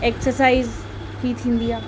exercise ई थींदी आहे